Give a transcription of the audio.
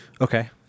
Okay